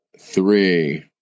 three